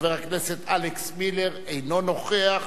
חבר הכנסת אלכס מילר, אינו נוכח.